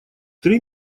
три